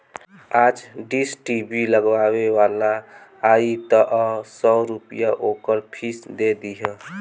आज dish TV लगावे वाला आई तअ सौ रूपया ओकर फ़ीस दे दिहा